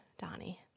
Donnie